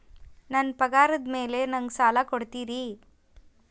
ನನ್ನ ಪಗಾರದ್ ಮೇಲೆ ನಂಗ ಸಾಲ ಕೊಡ್ತೇರಿ?